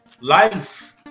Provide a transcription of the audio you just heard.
life